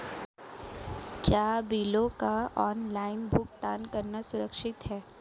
क्या बिलों का ऑनलाइन भुगतान करना सुरक्षित है?